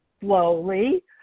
slowly